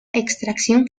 extracción